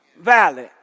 Valley